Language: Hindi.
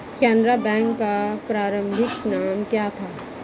केनरा बैंक का प्रारंभिक नाम क्या था?